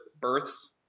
births